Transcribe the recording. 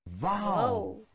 Wow